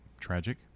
Tragic